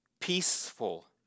peaceful